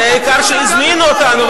הרי העיקר שהזמינו אותנו,